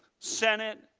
senate,